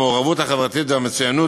המעורבות החברתית והמצוינות,